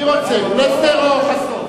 מי רוצה, פלסנר או חסון?